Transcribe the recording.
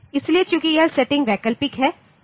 इसलिए चूंकि यह सेटिंग वैकल्पिक है